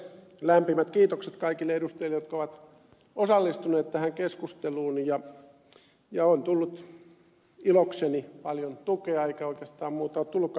lämpimät kiitokset kaikille edustajille jotka ovat osallistuneet tähän keskusteluun ja on tullut ilokseni paljon tukea eikä oikeastaan muuta ole tullutkaan kuin tukea